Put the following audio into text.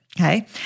okay